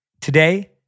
Today